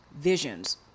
visions